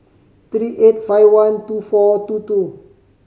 three eight five one two four two two